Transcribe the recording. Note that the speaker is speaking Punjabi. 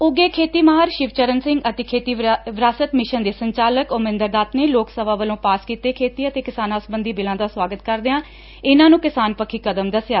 ਉੱਘੇ ਖੇਤੀ ਮਾਹਿਰ ਸ਼ਿਵਚਰਨ ਸਿੰਘ ਅਤੇ ਖੇਤੀ ਵਿਰਾਸਤ ਮਿਸ਼ਨ ਦੇ ਸੰਚਾਲਕ ਓਮੇਂਦਰ ਦੱਤ ਨੇ ਲੋਕ ਸਭਾ ਵੱਲੋਂ ਪਾਸ ਕੀਤੇ ਖੇਤੀ ਅਤੇ ਕਿਸਾਨਾਂ ਸਬੰਧੀ ਬਿੱਲਾਂ ਦਾ ਸੁਆਗਤ ਕਰਦਿਆਂ ਇਨੁਾਂ ਨੂੰ ਕਿਸਾਨ ਪੱਖੀ ਕਦਮ ਦਸਿਐ